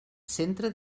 centre